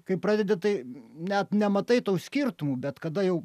kai pradedi tai net nematai tų skirtumų bet kada jau